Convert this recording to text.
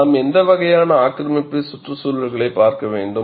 நாம் எந்த வகையான ஆக்கிரமிப்பு சுற்றுச்சூழல்களைப் பார்க்க வேண்டும்